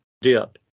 dip